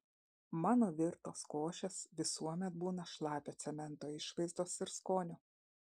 mano virtos košės visuomet būna šlapio cemento išvaizdos ir skonio